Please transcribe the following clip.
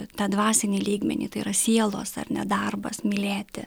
tą dvasinį lygmenį tai yra sielos ar ne darbas mylėti